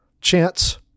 Chance